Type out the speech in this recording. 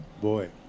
Boy